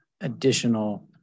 additional